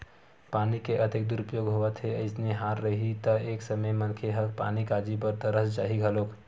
पानी के अतेक दुरूपयोग होवत हे अइसने हाल रइही त एक समे मनखे ह पानी काजी बर तरस जाही घलोक